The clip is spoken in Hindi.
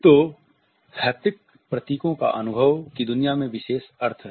तो हैप्टिक प्रतीकों का अनुभव की दुनिया में विशेष अर्थ है